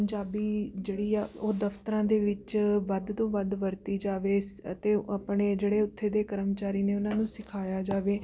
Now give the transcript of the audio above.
ਪੰਜਾਬੀ ਜਿਹੜੀ ਆ ਉਹ ਦਫਤਰਾਂ ਦੇ ਵਿੱਚ ਵੱਧ ਤੋਂ ਵੱਧ ਵਰਤੀ ਜਾਵੇ ਸ ਅਤੇ ਆਪਣੇ ਜਿਹੜੇ ਉੱਥੇ ਦੇ ਕਰਮਚਾਰੀ ਨੇ ਉਹਨਾਂ ਨੂੰ ਸਿਖਾਇਆ ਜਾਵੇ